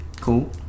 Cool